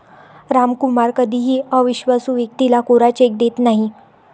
रामकुमार कधीही अविश्वासू व्यक्तीला कोरा चेक देत नाही